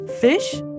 fish